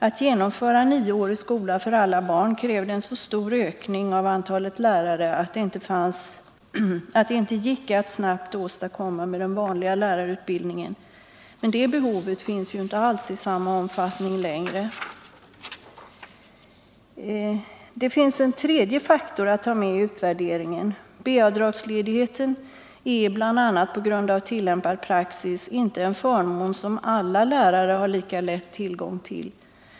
Att genomföra en nioårig skola för alla barn krävde en så stor ökning av antalet lärare att det inte gick att snabbt åstadkomma den med den vanliga lärarutbildningen. Men det behovet finns inte alls i samma omfattning längre. Det finns en tredje faktor att ta med i utvärderingen. B-avdragsledigheten är bl.a. på grund av tillämpad praxis inte en förmån som alla lärare har lika lätt tillgång till.